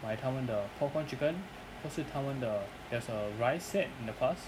买他们的 popcorn chicken 那是他们的 there's a rice set in the past